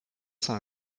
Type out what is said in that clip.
cent